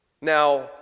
Now